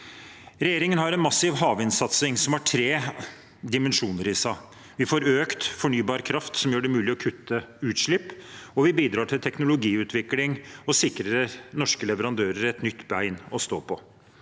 Regjeringen har en massiv havvindsatsing som har tre dimensjoner i seg. Vi får økt fornybar kraft, som gjør det mulig å kutte utslipp, vi bidrar til teknologiutvikling og sikrer norske leverandører et nytt bein å stå på.